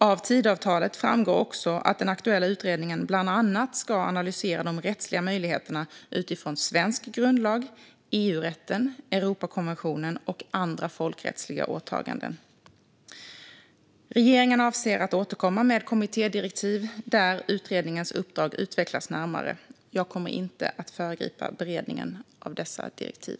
Av Tidöavtalet framgår också att den aktuella utredningen bland annat ska analysera de rättsliga möjligheterna utifrån svensk grundlag, EU-rätten, Europakonventionen och andra folkrättsliga åtaganden. Regeringen avser att återkomma med kommittédirektiv där utredningens uppdrag utvecklas närmare. Jag kommer inte att föregripa beredningen av dessa direktiv.